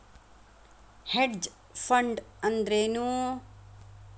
Hedge fund ಅಂದ್ರೇನು?